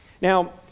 Now